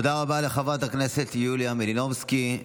תודה רבה לחברת הכנסת יוליה מלינובסקי.